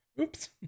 Oops